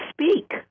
speak